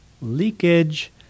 leakage